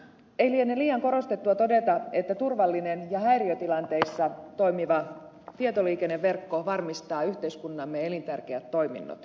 ei liene liian korostettua todeta että turvallinen ja häiriötilanteissa toimiva tietoliikenneverkko varmistaa yhteiskuntamme elintärkeät toiminnot